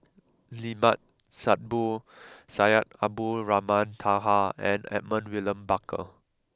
Limat Sabtu Syed Abdulrahman Taha and Edmund William Barker